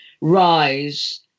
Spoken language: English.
Rise